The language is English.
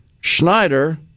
Schneider